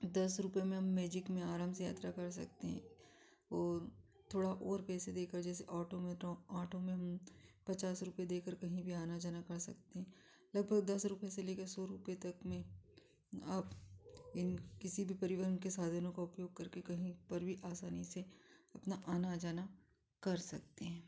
दस रुपये में मैजिक में आराम से यात्रा कर सकते हैं और थोड़ा और पैसे देकर जैसे ऑटो मेट्रो ऑटो में पचास रुपये देकर कहीं भी आना जाना कर सकते हैं लगभग दस रुपये से लेकर सौ रुपये तक में अब इन किसी भी परिवहन के साधनों का उपयोग करके कहीं पर भी आसानी से उतना आना जाना कर सकते हैं